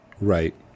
Right